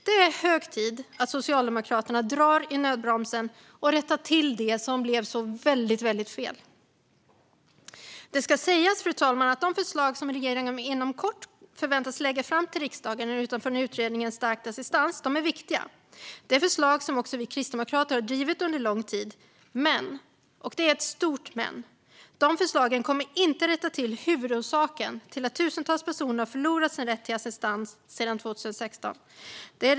Det är hög tid att Socialdemokraterna drar i nödbromsen och rättar till det som blev så väldigt fel. Fru talman! Det ska sägas att de förslag som regeringen inom kort förväntas lägga fram till riksdagen utifrån utredningen om stärkt assistans är viktiga. Det är förslag som även vi kristdemokrater har drivit under lång tid. Men - och det är ett stort men - de förslagen kommer inte att rätta till huvudorsaken till att tusentals personer har förlorat sin rätt till assistans sedan 2016.